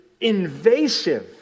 invasive